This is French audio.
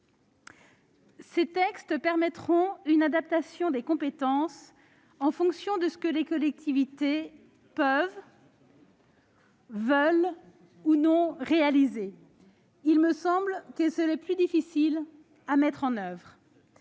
Ces textes permettront une adaptation des compétences en fonction de ce que les collectivités peuvent, veulent ou non réaliser. Il me semble que c'est le volet le plus difficile à mettre en oeuvre.